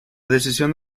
decisión